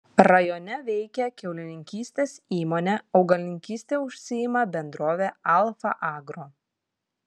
rajone veikia kiaulininkystės įmonė augalininkyste užsiima bendrovė alfa agro